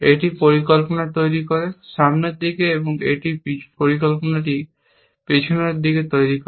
এটি পরিকল্পনা তৈরি করে সামনের দিকে এবং এটি পরিকল্পনাটি পিছনের দিকে তৈরি করে